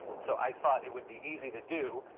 so i thought it would be easy to do.